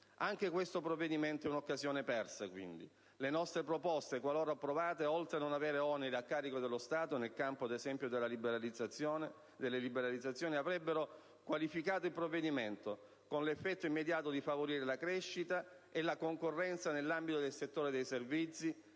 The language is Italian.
Anche questo provvedimento è un'occasione persa. Le nostre proposte, qualora approvate, oltre a non avere oneri a carico del bilancio dello Stato, nel campo delle liberalizzazioni, avrebbero qualificato il provvedimento, con l'effetto immediato di favorire la crescita e di accrescere la concorrenza nell'ambito del settore dei servizi,